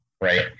Right